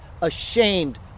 ashamed